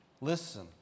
Listen